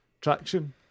traction